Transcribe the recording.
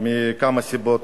מכמה סיבות.